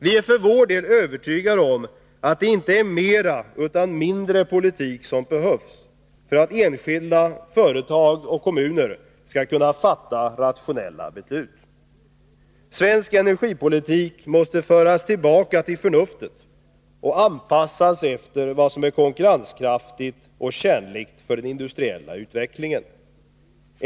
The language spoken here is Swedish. Vi är för vår del övertygade om att det inte är mera utan mindre politik som behövs för att enskilda, företag och kommuner skall kunna fatta rationella beslut. Svensk energipolitik måste föras tillbaka till förnuftet och anpassas efter vad som är konkurrenskraftigt och tjänligt för den industriella utvecklingen.